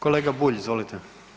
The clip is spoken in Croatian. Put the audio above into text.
Kolega Bulj izvolite.